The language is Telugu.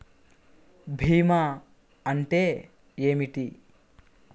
భీమా అంటే ఏమిటి?